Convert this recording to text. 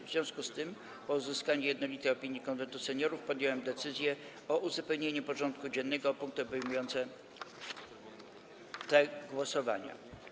W związku z tym, po uzyskaniu jednolitej opinii Konwentu Seniorów, podjąłem decyzję o uzupełnieniu porządku dziennego o punkty obejmujące te głosowania.